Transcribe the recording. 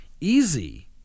easy